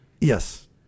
Yes